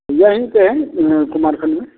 यहीं पर है कुमारखंड में